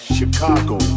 Chicago